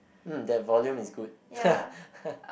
mm that volume is good